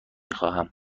خواهم